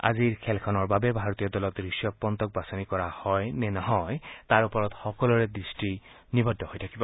আজিৰ খেলখনৰ বাবে ভাৰতীয় দলত ঋষভ পণ্টক বাছনি কৰা হয় নে নহয় তাৰ ওপৰত সকলোৰে দৃষ্টি নিবদ্ধ হৈ থাকিব